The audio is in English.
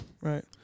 right